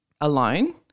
alone